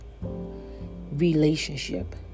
relationship